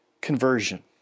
conversion